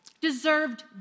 deserved